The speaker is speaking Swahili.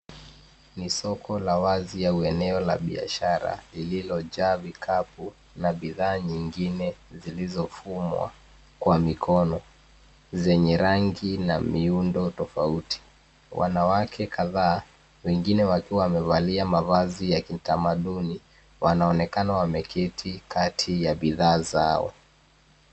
Ni soko la wazi au eneo la biashara lililojaa vikapu na bidhaa nyingine zilizofumwa kwa mikono, zenye rangi na miundo tofauti. Wanawake kadhaa, wengine wakiwa wamevalia mavazi ya kitamaduni, wanaonekana wameketi kati ya bidhaa zao.